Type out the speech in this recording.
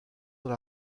dans